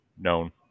known